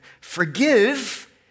Forgive